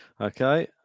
Okay